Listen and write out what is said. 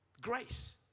Grace